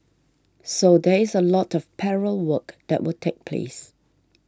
so there is a lot of parallel work that will take place